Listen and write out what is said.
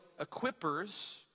equippers